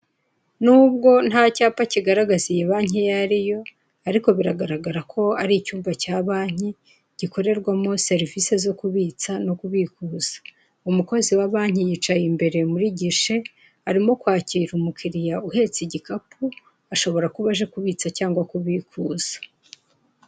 N'ubwo nta cyapa kigaragaza iyi banki iyo ariyo, ariko biragaragara ko ari icyumba cya banki, gikorerwamo serivisi zo kubitsa no kubika. Umukozi wa banki yicaye imbere muri gishe, arimo kwakira umukiriya uhetse igikapu, ashobora kuba aje kubitsa cyangwa kubikuza.